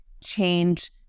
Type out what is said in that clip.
change